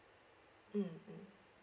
mm mm